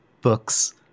books